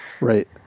Right